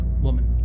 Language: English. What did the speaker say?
woman